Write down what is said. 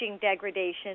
degradation